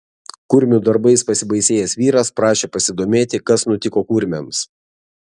kurmių darbais pasibaisėjęs vyras prašė pasidomėti kas nutiko kurmiams